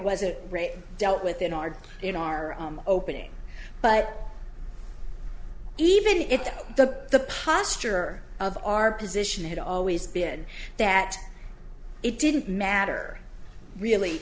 a rape dealt with in our in our opening but even if the the posture of our position had always been that it didn't matter really